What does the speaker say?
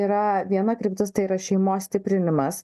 yra viena kryptis tai yra šeimos stiprinimas